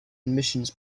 admissions